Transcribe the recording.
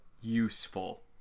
Useful